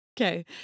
Okay